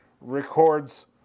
records